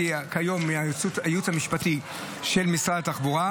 כיום מהייעוץ המשפטי של משרד התחבורה.